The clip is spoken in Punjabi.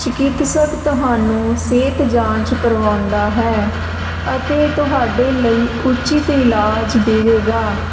ਚਿਕਿਤਸਕ ਤੁਹਾਨੂੰ ਸਿਹਤ ਜਾਂਚ ਕਰਵਾਉਂਦਾ ਹੈ ਅਤੇ ਤੁਹਾਡੇ ਲਈ ਉਚਿਤ ਇਲਾਜ ਦੇਵੇਗਾ